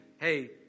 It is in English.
hey